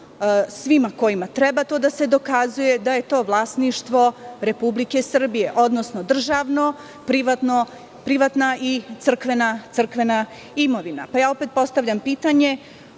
svima kojima treba to da se dokazuje da je to vlasništvo Republike Srbije, odnosno državno, privatna i crkvena imovina. Opet postavljam pitanje,